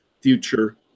future